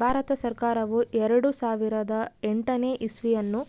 ಭಾರತ ಸರ್ಕಾರವು ಎರೆಡು ಸಾವಿರದ ಎಂಟನೇ ಇಸ್ವಿಯನ್ನು